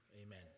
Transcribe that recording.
amen